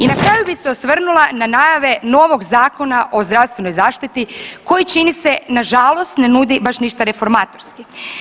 I na kraju bi se osvrnula na najave novog Zakona o zdravstvenoj zaštiti koji, čini se, nažalost ne nudi baš ništa reformatorski.